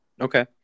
Okay